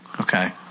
Okay